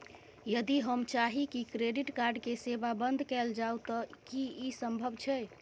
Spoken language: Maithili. यदि हम चाही की क्रेडिट कार्ड के सेवा बंद कैल जाऊ त की इ संभव छै?